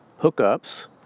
hookups